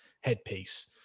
headpiece